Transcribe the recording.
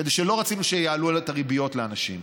כי לא רצינו שיעלו את הריביות לאנשים,